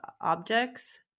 objects